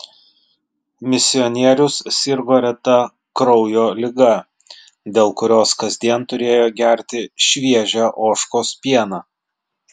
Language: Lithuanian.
misionierius sirgo reta kraujo liga dėl kurios kasdien turėjo gerti šviežią ožkos pieną